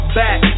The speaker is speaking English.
back